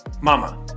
mama